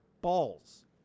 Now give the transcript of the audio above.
balls